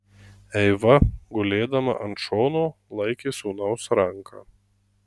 eiva gulėdama ant šono laikė sūnaus ranką